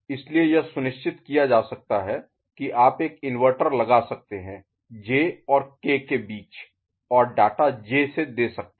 इसलिए यह सुनिश्चित किया जाता है कि आप एक इन्वर्टर लगा सकते हैं J और K के बीच और डाटा J से दे सकते हैं